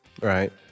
Right